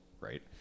right